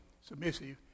submissive